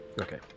Okay